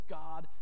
god